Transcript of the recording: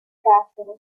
cáceres